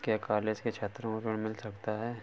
क्या कॉलेज के छात्रो को ऋण मिल सकता है?